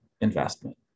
investment